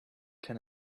can